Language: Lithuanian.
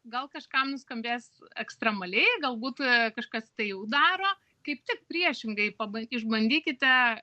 gal kažkam nuskambės ekstremaliai galbūt kažkas tai jau daro kaip tik priešingai paba išbandykite